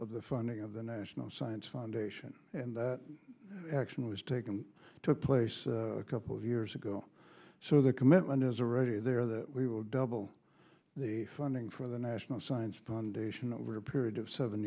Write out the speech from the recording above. of the funding of the national science foundation and action was taken to place a couple of years ago so the commitment is already there that we will double the funding for the national science foundation over a period of seven